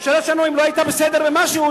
אם הממשלה שלנו לא היתה בסדר במשהו,